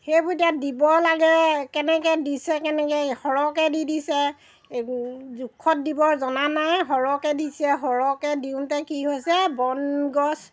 সেইবোৰ এতিয়া দিব লাগে কেনেকৈ দিছে কেনেকৈ সৰহকৈ দি দিছে এই জোখত দিব জনা নাই সৰহকৈ দিছে সৰহকৈ দিওঁতে কি হৈছে বনগছ